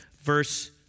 verse